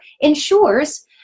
ensures